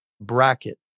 bracket